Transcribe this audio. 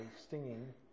stinging